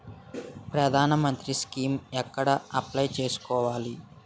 ప్రధాన మంత్రి స్కీమ్స్ ఎక్కడ అప్లయ్ చేసుకోవాలి?